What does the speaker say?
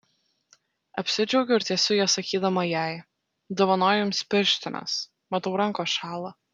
apsidžiaugiu ir tiesiu jas sakydama jai dovanoju jums pirštines matau rankos šąla